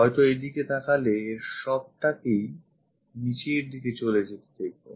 হয়তো এইদিকে তাকালে এর সবটাকেই নিচের দিকে চলে যেতে দেখবো